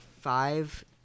five